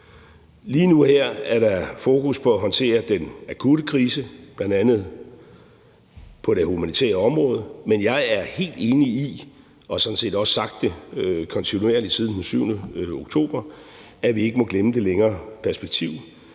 Lige nu og her er der et fokus på at håndtere den akutte krise, bl.a. på det humanitære område, men jeg er helt enig i, og jeg har sådan set også sagt det kontinuerligt siden den 7. oktober, at vi ikke må glemme det længere perspektiv.